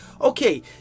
okay